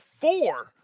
four